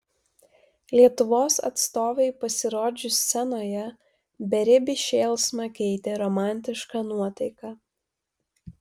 lietuvos atstovei pasirodžius scenoje beribį šėlsmą keitė romantiška nuotaika